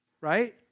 right